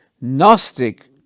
Gnostic